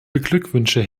beglückwünsche